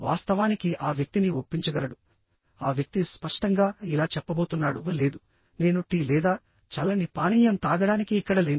వాస్తవానికి ఆ వ్యక్తిని ఒప్పించగలడు ఆ వ్యక్తి స్పష్టంగా ఇలా చెప్పబోతున్నాడుః లేదు నేను టీ లేదా చల్లని పానీయం తాగడానికి ఇక్కడ లేను